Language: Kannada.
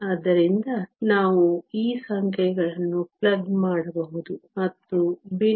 ಆದ್ದರಿಂದ ನಾವು ಈ ಸಂಖ್ಯೆಗಳನ್ನು ಪ್ಲಗ್ ಮಾಡಬಹುದು ಮತ್ತು ಭಿನ್ನರಾಶಿ 0